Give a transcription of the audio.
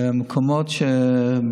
של מקומות שביקשתם,